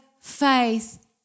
faith